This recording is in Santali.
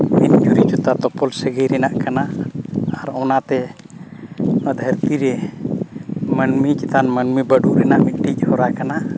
ᱡᱩᱨᱤ ᱡᱚᱛᱟ ᱛᱚᱯᱚᱞ ᱥᱟᱹᱜᱟᱹᱭ ᱨᱮᱱᱟᱜ ᱠᱟᱱᱟ ᱟᱨ ᱚᱱᱟᱛᱮ ᱱᱚᱣᱟ ᱫᱷᱟᱹᱨᱛᱤ ᱨᱮ ᱢᱟᱹᱱᱢᱤ ᱪᱮᱛᱟᱱ ᱢᱟᱹᱱᱢᱤ ᱵᱟᱹᱰᱩ ᱨᱮᱱᱟᱜ ᱢᱤᱫᱴᱤᱡ ᱦᱚᱨᱟ ᱠᱟᱱᱟ